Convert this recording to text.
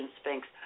Sphinx